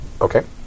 Okay